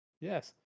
Yes